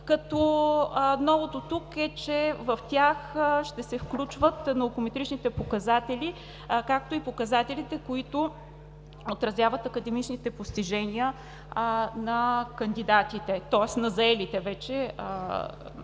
Новото тук е, че в тях ще се включват наукометричните показатели, както и показателите, които отразяват академичните постижения на кандидатите, тоест на заелите вече